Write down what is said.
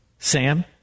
Sam